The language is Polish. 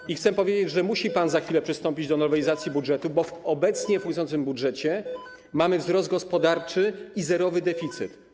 I chcę powiedzieć, że musi pan za chwilę przystąpić do nowelizacji budżetu, bo w obecnie funkcjonującym budżecie mamy wzrost gospodarczy i zerowy deficyt.